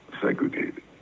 segregated